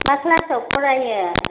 मा क्लासाव फरायो